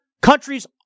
Countries